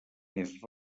més